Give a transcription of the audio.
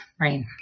right